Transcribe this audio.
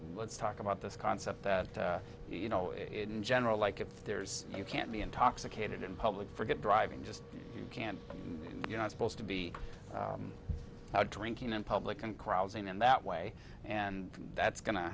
let's talk about this concept that you know in general like if there's you can't be intoxicated in public forget driving just you can't you're not supposed to be drinking in public and crossing in that way and that's go